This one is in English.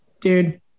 dude